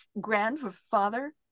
grandfather